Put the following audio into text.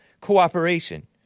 Cooperation